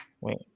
Wait